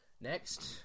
Next